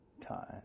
time